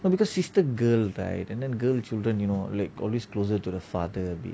no because sister girl right and then you know girl children you know like always closer to the father